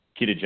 ketogenic